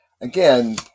Again